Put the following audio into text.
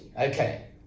Okay